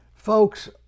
Folks